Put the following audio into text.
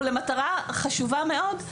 הוא למטרה חשובה מאוד,